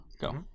Go